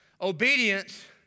Obedience